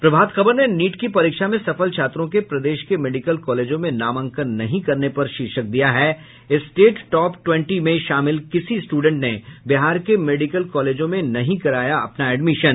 प्रभात खबर ने नीट की परीक्षा में सफल छात्रों के प्रदेश के मेडिकल कॉलेजों में नामांकन नहीं करने पर शीर्षक दिया है स्टेट टॉप ट्वेंटी में शामिल किसी स्टूडेंट ने बिहार के मेडिकल कॉलेजों में नहीं कराया अपना एडमिशन